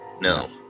No